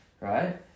Right